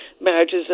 marriages